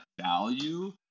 value